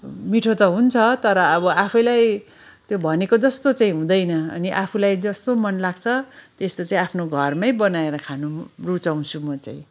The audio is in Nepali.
मिठो त हुन्छ तर अब आफैलाई त्यो भनेको जस्तो चाहिँ हुँदैन अनि आफूलाई जस्तो मन लाग्छ त्यस्तो चाहिँ आफ्नो घरमै बनाएर खानु रुचाउँछु म चाहिँ